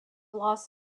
loss